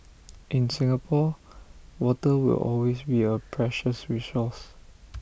in Singapore water will always be A precious resource